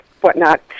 whatnot